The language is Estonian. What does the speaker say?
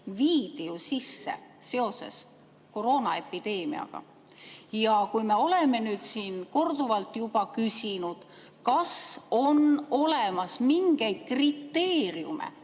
viidi ju sisse seoses koroonaepideemiaga. Kuna me oleme siin korduvalt juba küsinud, kas on olemas mingeid kriteeriume,